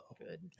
Good